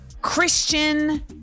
Christian